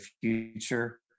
future